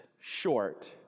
short